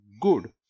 good